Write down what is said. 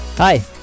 Hi